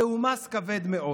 זהו מס כבד מאוד